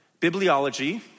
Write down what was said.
Bibliology